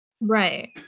right